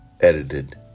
edited